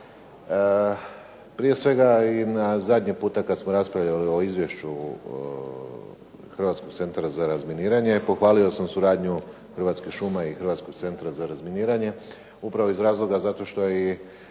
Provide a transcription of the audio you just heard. Prije svega, zadnji puta kad smo raspravljali o izvješću Hrvatskog centra za razminiranje pohvalio sam suradnju Hrvatskih šuma i Hrvatskog centra za razminiranje upravo iz razloga zato što je i